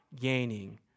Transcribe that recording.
gaining